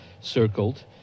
circled